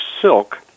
silk